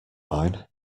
fine